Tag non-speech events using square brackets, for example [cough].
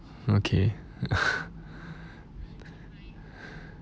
okay [laughs]